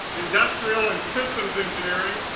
industrial and systems engineering,